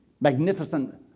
magnificent